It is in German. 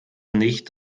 nicht